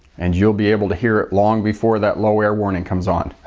and you'll be able to hear it long before that low air warning comes on!